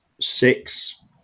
six